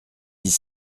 dix